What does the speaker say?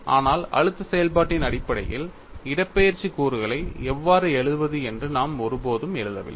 ஆனால் அழுத்த செயல்பாட்டின் அடிப்படையில் இடப்பெயர்ச்சி கூறுகளை எவ்வாறு எழுதுவது என்று நாம் ஒருபோதும் எழுதவில்லை